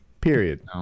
Period